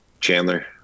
Chandler